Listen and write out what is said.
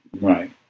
right